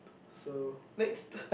so next